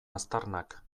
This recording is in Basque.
aztarnak